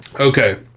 Okay